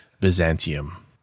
Byzantium